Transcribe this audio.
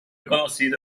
conocido